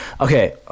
Okay